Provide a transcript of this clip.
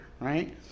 Right